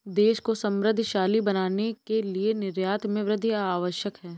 देश को समृद्धशाली बनाने के लिए निर्यात में वृद्धि आवश्यक है